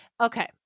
Okay